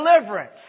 deliverance